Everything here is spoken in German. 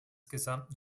gesamten